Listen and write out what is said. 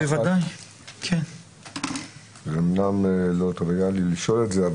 זה אמנם לא טריוויאלי לשאול את זה,